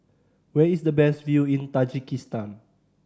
where is the best view in Tajikistan